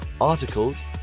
articles